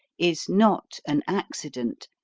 is not an accident,